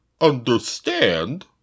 understand